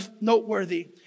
noteworthy